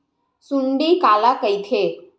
सुंडी काला कइथे?